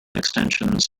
extensions